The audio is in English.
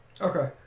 Okay